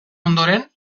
ondoren